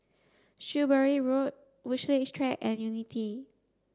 Shrewsbury Road Woodleigh Track and Unity